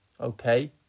okay